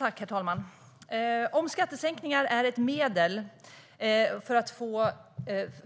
Herr talman! Om skattesänkningar är ett medel för att få